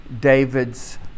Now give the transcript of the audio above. David's